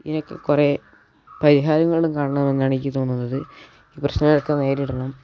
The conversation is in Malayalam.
ഇതിനൊക്കെ കുറേ പരിഹാരങ്ങളും കാണണമെന്നാണ് എനിക്ക് തോന്നുന്നത് ഈ പ്രശ്നങ്ങൾ ഒക്കെ നേരിടണം